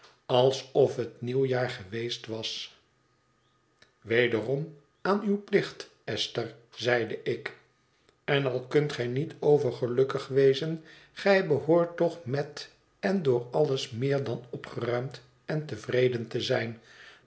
alsof het nieuwjaar geweest was wederom aan uw plicht esther zeide ik en al kunt gij niet overgelukkig wezen gij behoort toch met en door alles meer dan opgeruimd en tevreden te zijn